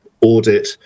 audit